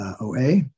OA